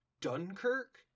Dunkirk